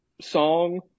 song